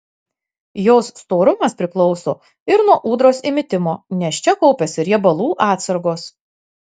jos storumas priklauso ir nuo ūdros įmitimo nes čia kaupiasi riebalų atsargos